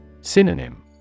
Synonym